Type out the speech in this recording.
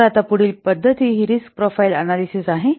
तर आता पुढील पद्धती ही रिस्क प्रोफाइल अनॅलिसिस आहे